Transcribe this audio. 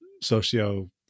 socio